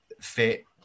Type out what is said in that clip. fit